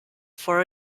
for